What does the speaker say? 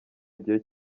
gihe